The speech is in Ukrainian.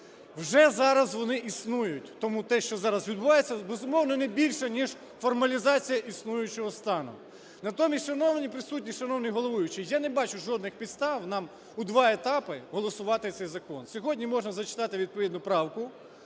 вже зараз вони існують. Тому те, що зараз відбувається, безумовно, не більше ніж формалізація існуючого стану. Натомість, шановні присутні, шановний головуючий, я не бачу жодних підстав нам у два етапи голосувати цей закон. Сьогодні можна зачитати відповідну правку,